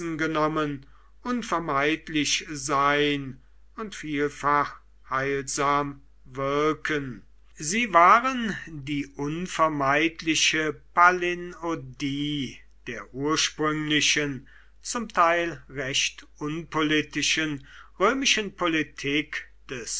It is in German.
genommen unvermeidlich sein und vielfach heilsam wirken sie waren die unvermeidliche palinodie der ursprünglichen zum teil recht unpolitischen römischen politik des